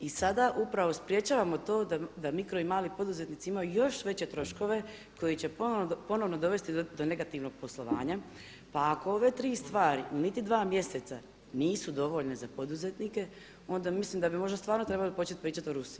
I sada upravo sprječavamo to da mikro i mali poduzetnici imaju još veće troškove koji će ponovno dovesti do negativnog poslovanja, pa ako ove tri stvari u niti dva mjeseca nisu dovoljne za poduzetnike, onda mislim da bi možda stvarno trebali počet pričati o Rusiji.